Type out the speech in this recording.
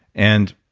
and